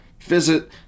visit